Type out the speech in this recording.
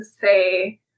say